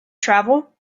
travel